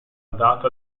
data